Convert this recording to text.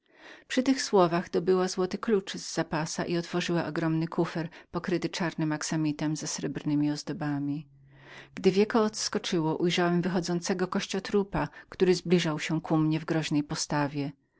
przy tych słowach dobyła złoty klucz z zapasa i otworzyła ogromny kufer pokryty czarnym aksamitem ze srebrnemi ozdobami gdy wieko odskoczyło ujrzałem wychodzącego kościotrupa który zbliżał się ku mnie w groźnej postawie